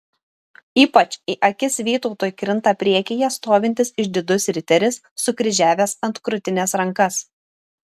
ypač į akis vytautui krinta priekyje stovintis išdidus riteris sukryžiavęs ant krūtinės rankas